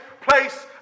place